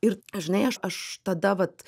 ir žinai aš aš tada vat